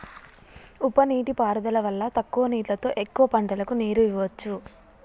ఉప నీటి పారుదల వల్ల తక్కువ నీళ్లతో ఎక్కువ పంటలకు నీరు ఇవ్వొచ్చు